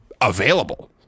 available